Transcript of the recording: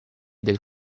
del